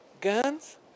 Guns